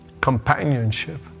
companionship